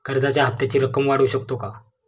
कर्जाच्या हप्त्याची रक्कम वाढवू शकतो का?